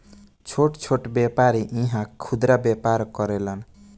छोट छोट व्यापारी इहा खुदरा व्यापार करेलन